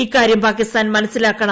ഇക്കാര്യം പാകിസ്ഥാൻ മനസ്സിലാക്കണം